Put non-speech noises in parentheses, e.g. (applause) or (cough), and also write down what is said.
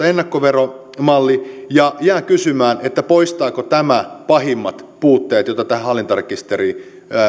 (unintelligible) ennakkoveromalli ja jään kysymään poistaako tämä pahimmat puutteet joita tähän hallintarekisterin